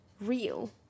real